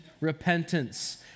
repentance